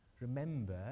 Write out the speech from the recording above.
remember